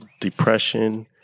depression